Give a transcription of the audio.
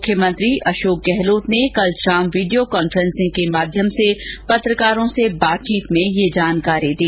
मुख्यमंत्री अशोक गहलोत ने कल शाम वीडियो कॉन्फ्रेंसिंग के माध्यम से पत्रकारों से बातचीत करते हुए यह जानकारी दी